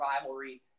rivalry